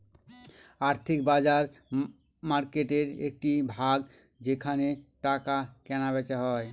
আর্থিক বাজার মার্কেটের একটি ভাগ যেখানে টাকা কেনা বেচা হয়